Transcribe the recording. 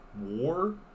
war